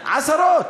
עשרות.